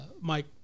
Mike